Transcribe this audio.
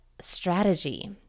strategy